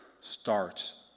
starts